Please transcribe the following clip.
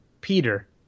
Peter